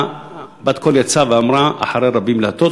בת-קול יצאה ואמרה: אחרי רבים להטות.